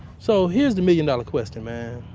so here's the million dollar question, man.